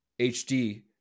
HD